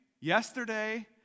yesterday